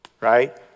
right